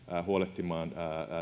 huolehtimaan